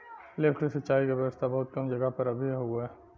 lift सिंचाई क व्यवस्था बहुत कम जगह पर अभी हउवे